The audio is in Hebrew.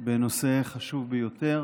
בנושא חשוב ביותר